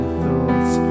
thoughts